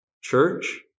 Church